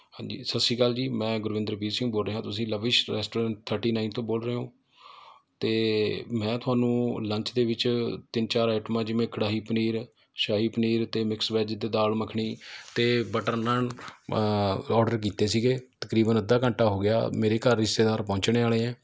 ਹਾਂਜੀ ਸਤਿ ਸ਼੍ਰੀ ਅਕਾਲ ਜੀ ਮੈਂ ਗੁਰਵਿੰਦਰਵੀਰ ਸਿੰਘ ਬੋਲ ਰਿਹਾ ਤੁਸੀਂ ਲਵਿਸ਼ ਰੈਸਟੋਰੈਂਟ ਥਰਟੀ ਨਾਈਨ ਤੋਂ ਬੋਲ ਰਹੇ ਹੋ ਅਤੇ ਮੈਂ ਤੁਹਾਨੂੰ ਲੰਚ ਦੇ ਵਿੱਚ ਤਿੰਨ ਚਾਰ ਆਈਟਮਾਂ ਜਿਵੇਂ ਕੜਾਹੀ ਪਨੀਰ ਸ਼ਾਹੀ ਪਨੀਰ ਅਤੇ ਮਿਕਸ ਵੈੱਜ ਅਤੇ ਦਾਲ ਮੱਖਣੀ ਅਤੇ ਬਟਰ ਨਾਨ ਔਡਰ ਕੀਤੇ ਸੀਗੇ ਤਕਰੀਬਨ ਅੱਧਾ ਘੰਟਾ ਹੋ ਗਿਆ ਮੇਰੇ ਘਰ ਰਿਸ਼ਤੇਦਾਰ ਪਹੁੰਚਣ ਵਾਲੇ ਆ